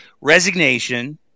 resignation